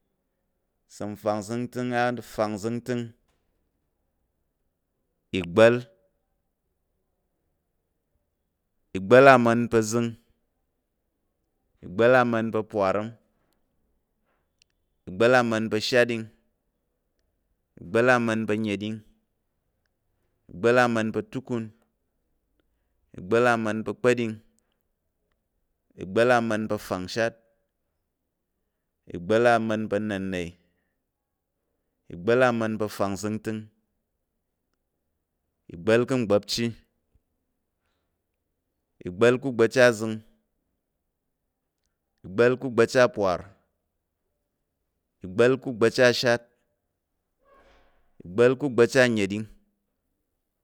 Ìsəm fangzəngtəng afangzəngtəng, ìgba̱l, ama̱n pa̱ zəng, ìgba̱l, ama̱n pa̱ par, ìgba̱l, ama̱n pa̱ shat, ìgba̱l, ama̱n pa̱ nnəɗing, ìgba̱l, ama̱n pa̱ tukun, ìgba̱l, ama̱n pa̱ kpa̱ɗing, ìgba̱l ama̱n pa̱ fangshat, ìgba̱l, ama̱n pa̱ nna̱ne, ìgba̱l, ama̱n pa̱ fangzəngtəng, ìgba̱l ka̱ ugba̱pchi, ìgba̱l ka̱ mgba̱pchi ama̱n pa̱ zəng, ìgba̱l ka̱ ugba̱pchi apar, ìgba̱l ka̱ ugba̱pchi ashat, ìgba̱l ka̱ ugba̱pchi annəɗing